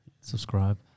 Subscribe